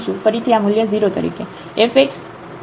ફરીથી આ મૂલ્ય 0 તરીકે